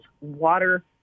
water